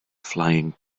flying